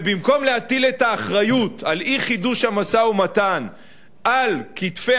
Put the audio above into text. ובמקום להטיל את האחריות לאי-חידוש המשא-ומתן על כתפי